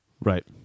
Right